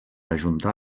ajuntar